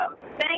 Thank